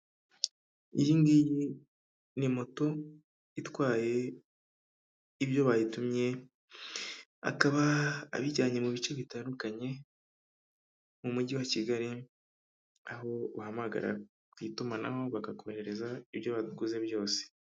Iyi ngiyi ni moto itwaye ibyo bayitumye, akaba abijyanye mu bice bitandukanye, mu mujyi wa Kigali, aho uhamagara ku itumanaho bakakoherereza ibyo waguze byose.